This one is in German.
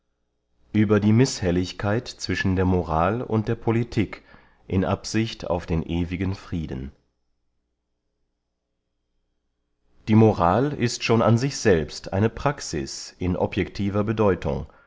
ueber die mishelligkeit zwischen der moral und der politik in absicht auf den ewigen frieden die moral ist schon an sich selbst eine praxis in objectiver bedeutung